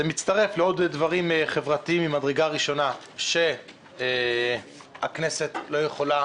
זה מצטרף לעוד דברים חברתיים ממדרגה ראשונה שהכנסת לא יכולה,